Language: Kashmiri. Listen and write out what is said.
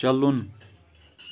چَلُن